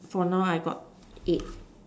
for now I got eight